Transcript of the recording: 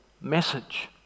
message